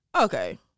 okay